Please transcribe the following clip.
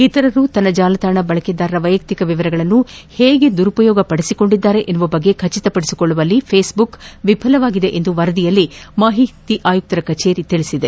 ಇತರರು ತನ್ನ ಜಾಲತಾಣ ಬಳಕೆದಾರರ ವೈಯಕ್ತಿಕ ವಿವರಗಳನ್ನು ಹೇಗೆ ದುರುಪಯೋಗ ಪಡೆಸಿಕೊಂಡಿದ್ದಾರೆ ಎನ್ನುವ ಬಗ್ಗೆ ಖಚಿತ ಪಡಿಸಿಕೊಳ್ಳುವಲ್ಲಿ ಫೇಸ್ಬುಕ್ ವಿಫಲವಾಗಿದೆ ಎಂದು ವರದಿಯಲ್ಲಿ ಮಾಹಿತಿ ಆಯುಕ್ತ ಕಚೇರಿ ತಿಳಿಸಿದೆ